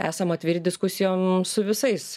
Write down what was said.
esam atviri diskusijom su visais